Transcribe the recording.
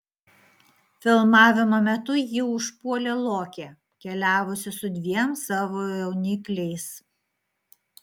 filmavimo metu jį užpuolė lokė keliavusi su dviem savo jaunikliais